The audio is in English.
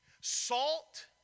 Salt